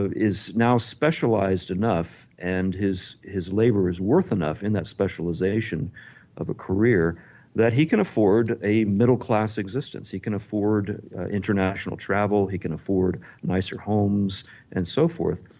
is now specialized enough and his his labor is worth enough in that specialization of a career that he can afford a middle class existence, he can afford international travel, he can afford nicer homes and so forth.